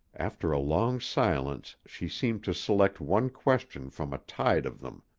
after a long silence she seemed to select one question from a tide of them.